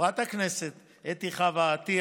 לחברת הכנסת אתי חוה עטייה,